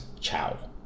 Ciao